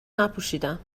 نپوشیدم